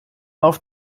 auf